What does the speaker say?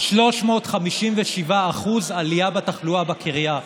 היו 357% עלייה בתחלואה, בקריה.